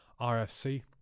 RFC